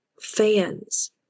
fans